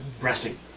resting